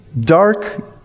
dark